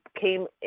came